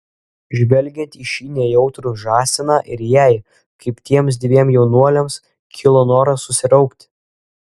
žvelgiant į šį nejautrų žąsiną ir jai kaip tiems dviem jaunuoliams kilo noras susiraukti